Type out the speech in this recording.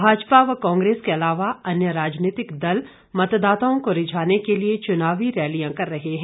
भाजपा व कांग्रेस के अलावा अन्य राजनीतिक दल मतदाताओं को रिजाने के लिए चुनावी रैलियां कर रहे हैं